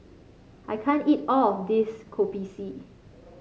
I can't eat all of this Kopi C